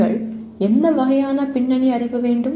நீங்கள் எந்த வகையான பின்னணி அறிவு வேண்டும்